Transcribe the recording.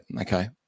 okay